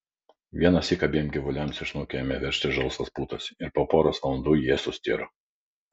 vienąsyk abiem gyvuliams iš snukių ėmė veržtis žalsvos putos ir po poros valandų jie sustiro